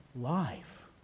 life